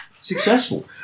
Successful